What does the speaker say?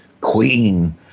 queen